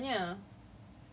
even if you have friends macam